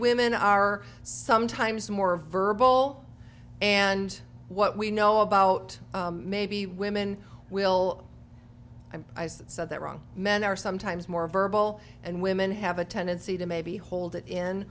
women are sometimes more verbal and what we know about maybe women will and that so that wrong men are sometimes more verbal and women have a tendency to maybe hold it in